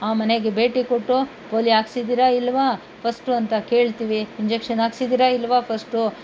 ಆ ಮನೆಗೆ ಭೇಟಿ ಕೊಟ್ಟು ಪೋಲಿಯೋ ಹಾಕ್ಸಿದ್ದೀರಾ ಇಲ್ವಾ ಫಸ್ಟು ಅಂತ ಕೇಳ್ತೀವಿ ಇಂಜೆಕ್ಷನ್ ಹಾಕ್ಸಿದ್ದೀರಾ ಇಲ್ವಾ ಫಸ್ಟು